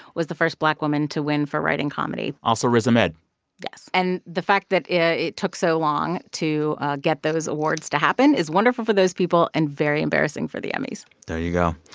was the first black woman to win for writing comedy also riz ahmed yes, and the fact that it took so long to get those awards to happen is wonderful for those people and very embarrassing for the emmys there you go.